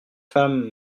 femmes